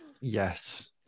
Yes